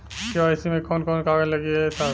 KYC मे कवन कवन कागज लगी ए साहब?